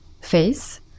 face